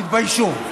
תתביישו.